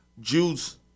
Jews